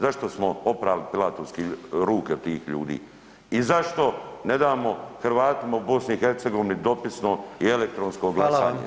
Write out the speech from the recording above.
Zašto smo oprali Pilatovski ruke tih ljudi i zašto ne damo Hrvatima u BiH dopisno i elektronsko glasanje?